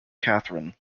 katherine